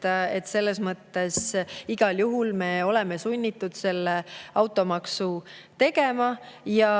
Selles mõttes me igal juhul oleme sunnitud automaksu tegema ja